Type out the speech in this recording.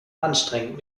anstrengend